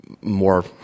more